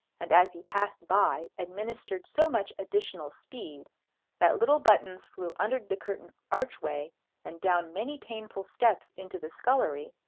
and as he passed by administered so much additional speed that little buttons flew under the curtained archway and down many painful steps into the scullery,